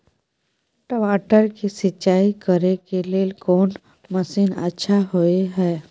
टमाटर के सिंचाई करे के लेल कोन मसीन अच्छा होय है